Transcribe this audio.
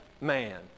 man